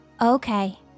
Okay